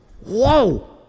Whoa